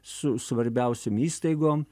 su svarbiausiom įstaigom